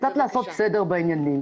קצת לעשות סדר בעניינים.